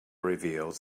reveals